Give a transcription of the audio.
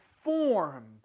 formed